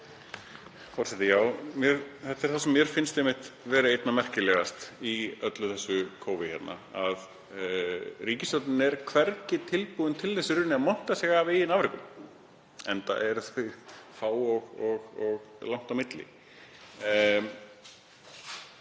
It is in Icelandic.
þetta er það sem mér finnst einmitt einna merkilegast í öllu þessu kófi hérna, ríkisstjórnin er hvergi tilbúin til þess í rauninni að monta sig af eigin afrekum, enda eru þau fá og langt á milli